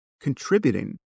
contributing